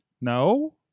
No